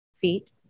feet